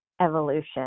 evolution